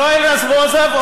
יואל רזבוזוב,